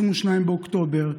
22 באוקטובר,